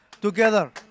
together